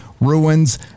ruins